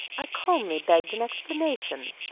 i calmly begged an explanation,